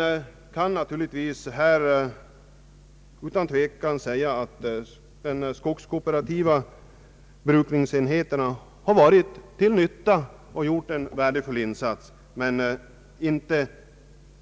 Utan tvivel kan det anföras att de skogskooperativa brukningsenheterna varit till nytta och gjort en värdefull insats, men inte